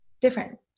different